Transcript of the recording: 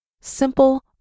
Simple